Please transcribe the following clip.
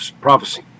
prophecy